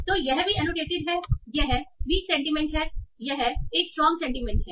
तो यह भी एनोटेटेड है यह वीक सेंटीमेंट है यह एक स्ट्रांग सेंटीमेंट है